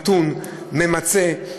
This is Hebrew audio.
מתון, ממצה.